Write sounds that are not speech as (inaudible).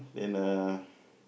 then uh (breath)